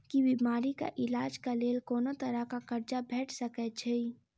की बीमारी कऽ इलाज कऽ लेल कोनो तरह कऽ कर्जा भेट सकय छई?